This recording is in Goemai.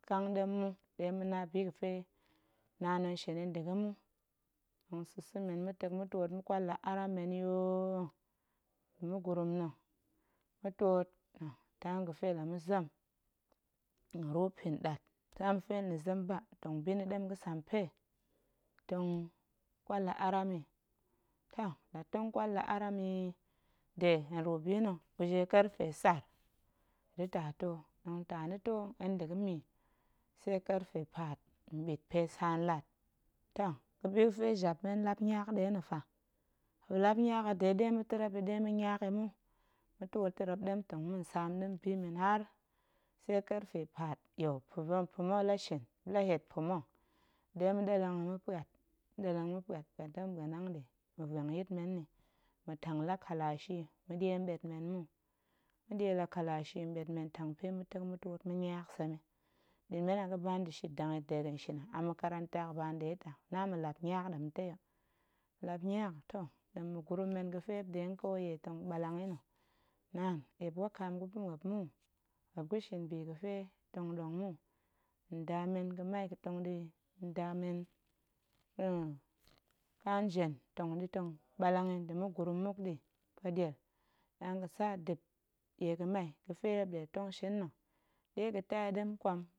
Ƙang ɗem muk, ɗe ma̱na bi ga̱fe naan nong shin yi nda̱ g̱a̱ mu, tong sa̱sa̱ men ma̱tek ma̱twoot ma̱ƙwal la aram men yi hooo, nda̱ ma̱gurum na̱ ma̱twoot tim ga̱fe la ma̱zem tong ruu mpin ɗat, tim ga̱fe la zem ba tong bi na̱ ɗem ga̱sampe tong ƙwal la aram yi, toh la tong ƙwal la aram yi nde hen ruu bina̱ weje kerfe tsar da̱ taa too, tong taa na̱ too hen nda̱ ga̱mi tse kerfe paat mɓit pe saan lat, toh ga̱bi pe jap men lap niag nɗe nna̱ fa, muop lap niag a de ɗe ma̱terrep yi ma̱niag yi mu, ma̱twoot terrep ɗem ma̱saam bi men har tse kerfe paat, you pa̱vel pa̱ma̱, la shin muop la het pa̱ma̱ ɗe ma̱ ɗelleng yi ma̱puat, la ma̱ ɗelleng ma̱puat puat da̱ ma̱ɓuan hanga̱ɗe ma̱vuang yit men nni, ma̱tang la kalashi ma̱ɗie mɓet men mu, ma̱ɗie la kalashi mɓet men ma̱tang pe ma̱tek ma̱twoot ma̱ niag sem yi, ɗi men a ga̱ba nda̱ shit dega̱n shin a, a makaranta hok ba nɗe ta̱ a, na ma̱lap niag ɗemtei, ma̱lap niag toh, ɗem ma̱gurum men ga̱fe muop nɗe kouye tong ɓallang yi nna̱, naan eep wakaam ga̱pa̱ muop mu, muop ga̱shin bi ga̱fe tong ɗong mu, nda men ga̱mai ga̱tong ɗi, nda men ƙa njen ga̱tong ɗi tong ɓallang yi nda̱ ma̱gurum muk ɗi pueɗiel, naan gətsa dip ɗie ga̱mai ga̱fe muop nɗe tong shin yi nna̱ ɗe ga̱taa yi ɗem nƙwam.